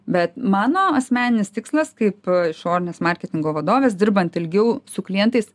bet mano asmeninis tikslas kaip išorinės marketingo vadovės dirbant ilgiau su klientais